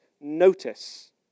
notice